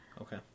Okay